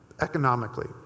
Economically